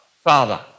Father